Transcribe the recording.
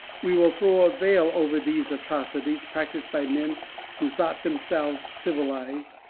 we will throw a veil over these atrocities practised by men who thought themselves civilized,